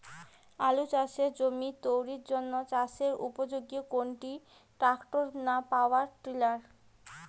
আলু চাষের জমি তৈরির জন্য চাষের উপযোগী কোনটি ট্রাক্টর না পাওয়ার টিলার?